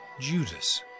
Judas